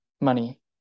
money